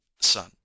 son